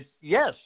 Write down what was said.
yes